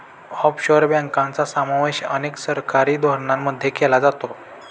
offshore बँकांचा समावेश अनेक सरकारी धोरणांमध्ये केला जातो